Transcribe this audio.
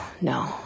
No